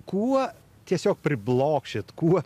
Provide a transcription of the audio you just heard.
kuo tiesiog priblokšit kuo